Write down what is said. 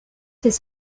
ces